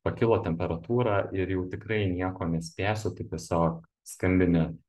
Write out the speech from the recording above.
pakilo temperatūra ir jau tikrai nieko nespėsiu tai tiesiog skambini